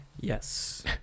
Yes